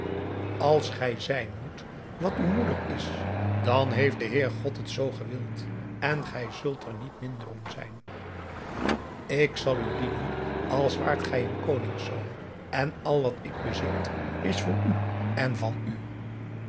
als gij zijn moet wat uw moeder is dan heeft de heer god het zoo gewild en gij zult er niet minder om zijn ik zal u dienen als waart gij een koningszoon en al wat ik bezit is voor u en van u